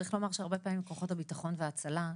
צריך לומר שהרבה פעמים כוחות הביטחון וההצלה,